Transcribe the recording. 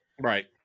right